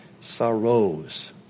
sorrows